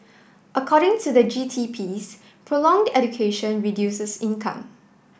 according to the G T piece prolonged education reduces income